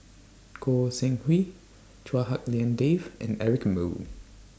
Goi Seng Hui Chua Hak Lien Dave and Eric Moo